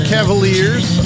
Cavaliers